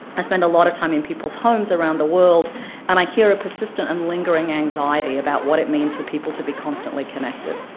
i spend a lot of time in people's homes around the world and i hear a persistent and lingering anxiety about what it means for people to be constantly connected,